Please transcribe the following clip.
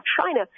China